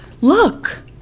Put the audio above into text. look